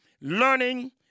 learning